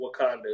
Wakanda